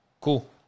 Cool